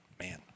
man